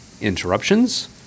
interruptions